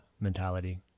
mentality